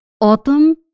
autumn